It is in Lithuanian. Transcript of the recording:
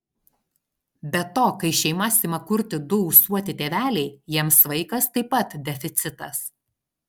be to kai šeimas ima kurti du ūsuoti tėveliai jiems vaikas taip pat deficitas